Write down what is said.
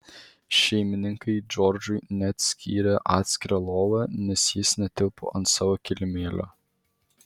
šeimininkai džordžui net skyrė atskirą lovą nes jis netilpo ant savo kilimėlio